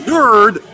Nerd